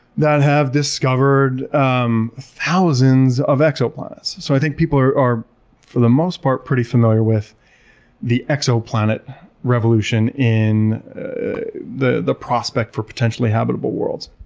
that have discovered um thousands of exoplanets. so i think people are, for the most part, pretty familiar with the exoplanet revolution in the the prospect for potentially habitable worlds.